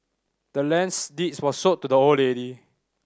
the land's deed was sold to the old lady